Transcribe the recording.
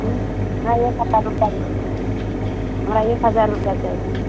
हुँ फाइन एक हजार रुपैआके छै हमरा एक हजार रुपैआ चाहिए